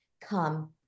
Come